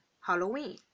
halloween